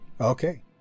Okay